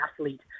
athlete